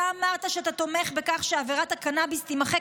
אתה אמרת שאתה תומך בכך שעבירת הקנביס תימחק